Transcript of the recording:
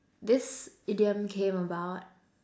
this idiom came about